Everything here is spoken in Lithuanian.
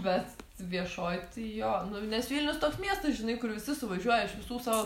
bet viešoj tai jo nu nes vilnius toks miestas žinai kur visi suvažiuoja iš visų savo